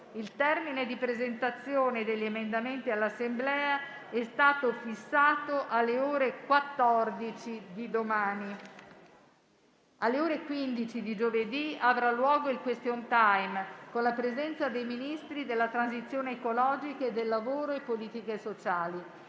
Il termine di presentazione degli emendamenti all'Assemblea è stato fissato alle ore 14 di domani. Alle ore 15 di giovedì avrà luogo il *question time* con la presenza dei Ministri della transizione ecologica e del lavoro e delle politiche sociali.